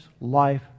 life